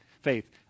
Faith